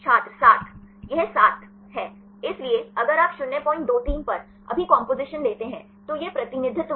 छात्र 7 यह 7 है इसलिए अगर आप 023 पर अभी कंपोजीशन लेते हैं तो यह प्रतिनिधित्व है